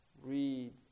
read